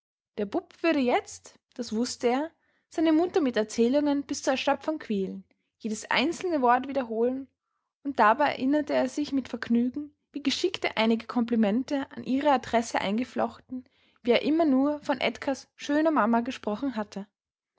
der bub würde jetzt das wußte er seine mutter mit erzählungen bis zur erschöpfung quälen jedes einzelne wort wiederholen und dabei erinnerte er sich mit vergnügen wie geschickt er einige komplimente an ihre adresse eingeflochten wie er immer nur von edgars schöner mama gesprochen hatte